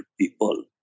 people